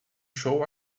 show